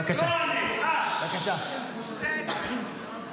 רק בקואליציה יש אחד מורשע בסיוע לארגון טרור.